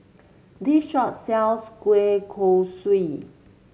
this shop sells Kueh Kosui